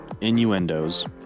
innuendos